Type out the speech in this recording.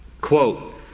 quote